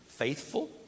Faithful